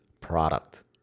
product